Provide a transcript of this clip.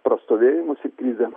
prastovėjimus ir krizę